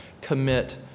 commit